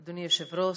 אדוני היושב-ראש,